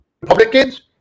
Republicans